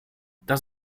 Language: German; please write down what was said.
das